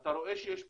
אתה רואה שיש פעילות,